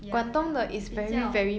ya 比较